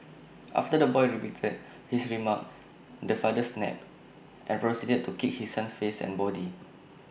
after the boy repeated his remark the father snapped and proceeded to kick his son's face and body